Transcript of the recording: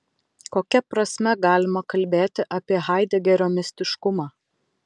kokia prasme galima kalbėti apie haidegerio mistiškumą